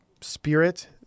spirit